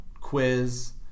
quiz